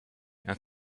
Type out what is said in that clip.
and